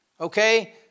Okay